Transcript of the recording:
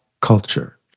culture